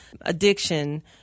addiction